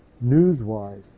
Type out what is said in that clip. News-wise